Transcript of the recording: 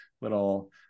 little